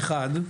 אחד,